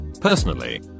Personally